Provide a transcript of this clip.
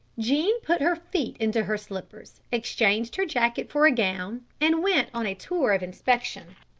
jean put her feet into her slippers, exchanged her jacket for a gown, and went on a tour of inspection.